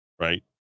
right